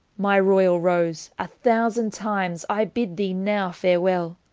my royal rose, a thousand times i bid thee nowe farwelle!